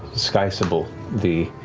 skysybil, the